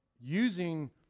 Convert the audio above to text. using